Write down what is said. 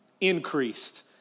increased